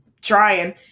trying